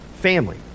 family